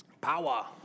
Power